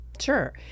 Sure